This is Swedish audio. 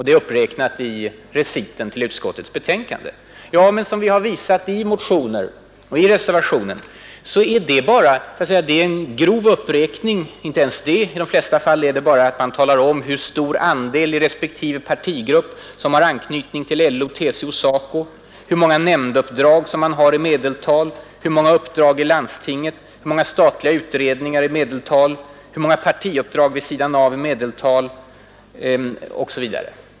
De är uppräknade i reciten till utskottets betänkande. Men vi har ju visat i motioner och i reservationen att de bara rymmer en grov uppräkning, eller i de flesta fall inte ens det, utan bara en angivelse i medeltal för respektive partigrupp av hur stor andel som har anknytning till t.ex. LO, TCO eller SACO och av antalet nämnduppdrag, landstingsuppdrag, uppdrag i statliga utredningar, partiuppdrag vid sidan av osv.